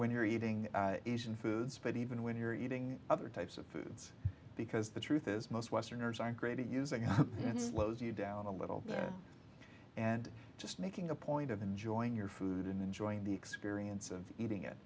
when you're eating foods but even when you're eating other types of foods because the truth is most westerners aren't greatly using it and slows you down a little bit and just making a point of enjoying your food and enjoying the experience of eating it